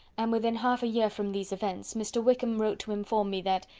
and within half a year from these events, mr. wickham wrote to inform me that,